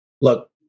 Look